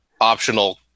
optional